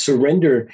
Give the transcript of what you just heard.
Surrender